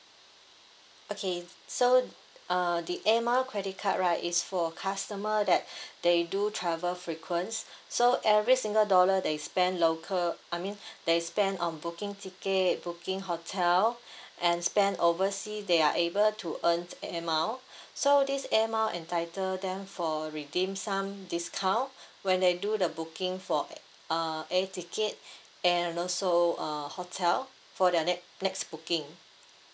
okay so uh the air mile credit card right is for customer that they do travel frequents so every single dollar they spend local I mean they spend on booking ticket booking hotel and spend oversea they are able to earn air mile so this air mile entitle them for redeem some discount when they do the booking for uh air ticket and also uh hotel for their next next booking